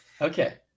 Okay